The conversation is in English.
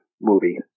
movie